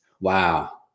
Wow